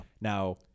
now